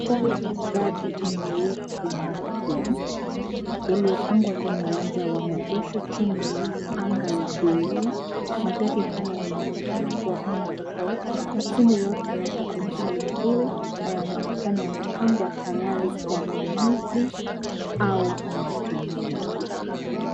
Mstari wa magari meupe mapya, yaliyopangwa kwenye uwanja wa maegesho chini ya anga ya buluu, magari haya yanaonekana kuwa aina tofauti lakini yote yako kwenye hali nzuri na yanaonekana yamepangwa tayari kwa mnunuzi au matumizi.